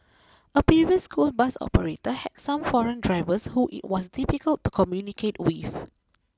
a previous school bus operator had some foreign drivers who it was difficult to communicate with